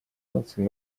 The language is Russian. наций